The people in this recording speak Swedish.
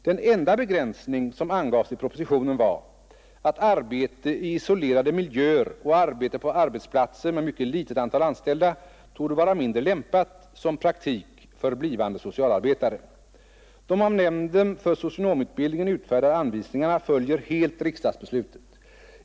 Den enda begränsning som angavs i propositionen var att arbete i isolerade miljöer och arbete på arbetsplatser med mycket litet antal anställda torde vara mindre lämpat som praktik för blivande socialarbetare. De av nämnden för socionomutbildning utfärdade anvisningarna följer helt riksdagsbeslutet.